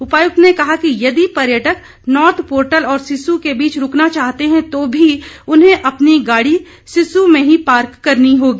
उपायुक्त ने कहा कि यदि पर्यटक नॉर्थ पोर्टल और सिस्सु के बीच रूकना चाहते हैं तो भी उन्हें अपनी गाड़ी सिस्सु में ही पार्क करनी होगी